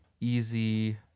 easy